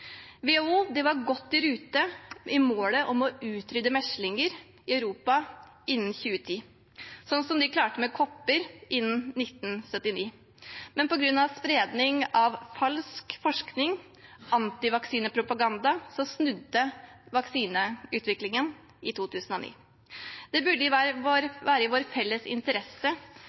WHO var godt i rute med målet om å utrydde meslinger i Europa innen 2010, slik de klarte med kopper innen 1979. På grunn av spredning av falsk forskning – antivaksinepropaganda – snudde vaksineutviklingen i 2009. Det burde være i vår felles interesse